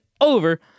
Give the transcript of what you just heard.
over